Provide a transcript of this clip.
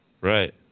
Right